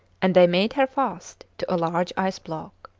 and they made her fast to a large ice-block.